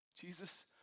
Jesus